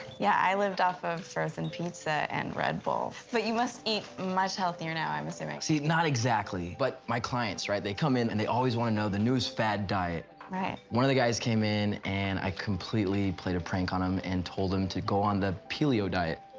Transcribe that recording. yeah, i lived off of frozen pizza and red bull. but you must eat much healthier now, i'm assuming. see, not exactly, but my clients, right? they come in, and they always wanna know the newest fad diet. right. one of the guys came in, and i completely played a prank on him, and told him to go on the peelio diet.